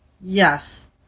Yes